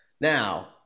Now